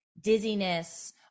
dizziness